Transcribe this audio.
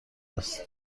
است